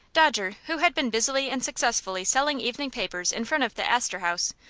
dodger, who had been busily and successfully selling evening papers in front of the astor house,